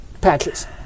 patches